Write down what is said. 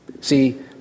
See